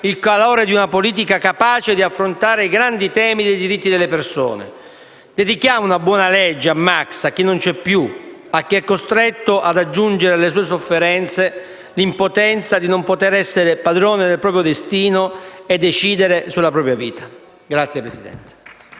il calore di una politica capace di affrontare i grandi temi dei diritti delle persone. Dedichiamo una buona legge a Max, a chi non c'è più, a chi è costretto ad aggiungere alle sue sofferenze l'impotenza di non essere padrone del proprio destino e di non poter decidere della propria vita. *(Applausi